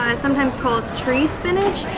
sometimes called tree spinach,